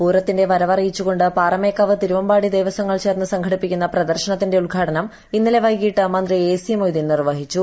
പൂരത്തിന്റെ വരവറിയിച്ചുകൊണ്ട് പാറമേക്കാവ് തിരുവമ്പാടി ദേവസ്വങ്ങൾ ചേർന്ന് സംഘടിപ്പിക്കുന്ന പ്രദർശനത്തിന്റെ ഉദ്ഘാടനം ഇന്നലെ വൈകിട്ട് മന്ത്രി എസി മൊയ്തീൻ നിർവഹിച്ചു